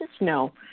No